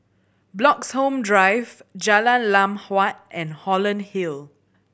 Bloxhome Drive Jalan Lam Huat and Holland Hill